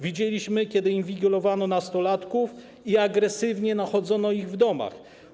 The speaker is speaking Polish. Widzieliśmy, kiedy inwigilowano nastolatków i agresywnie nachodzono ich w domach.